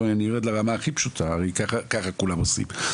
בואי אני ארד לרמה הכי פשוטה הרי ככה כולם עושים,